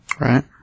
Right